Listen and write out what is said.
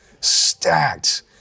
Stacked